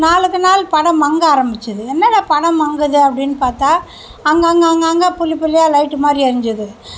நாளுக்கு நாள் படம் மங்க ஆரம்பித்தது என்னடா படம் மங்குதே அப்படீன்னு பார்த்தா அங்கே அங்கே அங்கே அங்கே புள்ளி புள்ளியாக லைட்டு மாதிரி எரிஞ்சுது